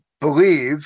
believe